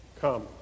come